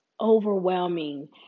overwhelming